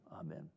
Amen